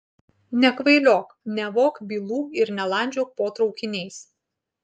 nekvailiok nevok bylų ir nelandžiok po traukiniais